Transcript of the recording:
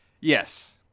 Yes